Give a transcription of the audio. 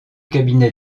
cabinets